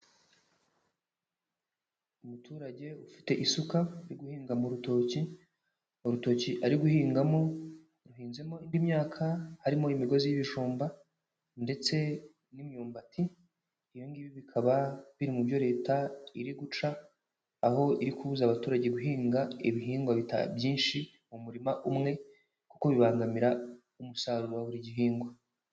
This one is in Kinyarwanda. Umuturage ufite isuka, uri guhinga mu rutoki, urutoki ari guhingamo, ruhinzemo indi myaka, harimo imigozi y'ibijumba, ndetse n'imyumbati, ibi ngibi bikaba biri mu byo leta iri guca, aho iri kubuza abaturage guhinga ibihingwa byinshi mu murima umwe, kuko bibangamira umusaruro wa buri gihingwa.